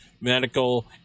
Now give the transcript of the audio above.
medical